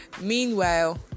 Meanwhile